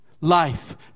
life